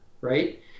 right